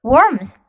Worms